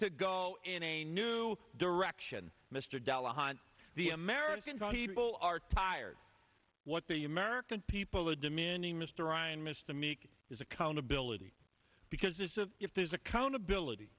to go in a new direction mr delahunt the americans are people are tired what the american people are demanding mr ryan mr meek is accountability because of if there's accountability